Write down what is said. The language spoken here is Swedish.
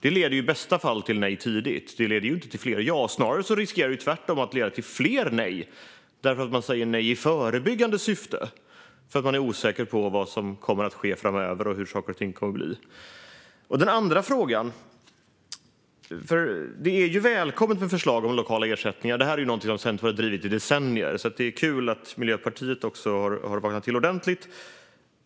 Det leder i bästa fall till nej tidigt. Det leder inte till flera ja. Snarare riskerar det tvärtom att leda till fler nej därför att man säger nej i förebyggande syfte för att man är osäker på vad som kommer att ske framöver och hur saker och ting kommer att bli. Jag har en andra fråga. Det är välkommet med förslag om lokala ersättningar. Det är någonting som Centern har drivit i decennier. Det är kul att också Miljöpartiet har vaknat till ordentligt.